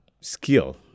skill